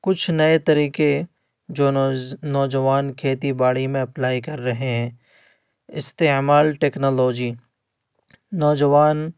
کچھ نئے طریقے جو نوجوان کھیتی باڑی میں اپلائی کر رہے ہیں استعمال ٹیکنالوجی نوجوان